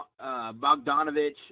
Bogdanovich